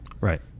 Right